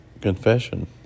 confession